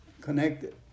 connected